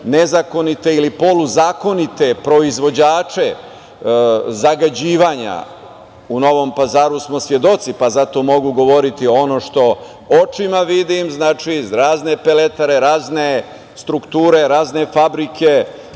nezakonite ili poluzakonite proizvođače zagađivanja. U Novom Pazaru smo svedoci pa zato mogu govoriti ono što očima vidim, znači, iz razne peletare, razne strukture razne fabrike,